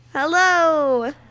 Hello